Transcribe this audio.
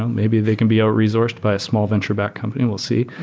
maybe they can be out-resourced buy a small venture back company. we'll see.